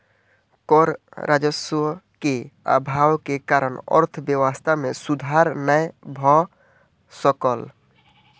कर राजस्व के अभाव के कारण अर्थव्यवस्था मे सुधार नै भ सकल